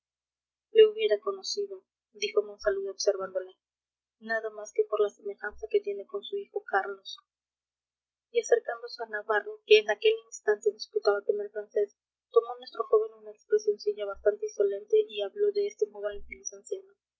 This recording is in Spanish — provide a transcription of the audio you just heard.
le hubiera conocido dijo monsalud observándole nada más que por la semejanza que tiene con su hijo carlos y acercándose a navarro que en aquel instante disputaba con el francés tomó nuestro joven una expresioncilla bastante insolente y habló de este modo